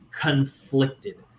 conflicted